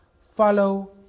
Follow